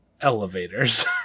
elevators